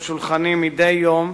אל שולחני מדי יום,